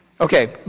Okay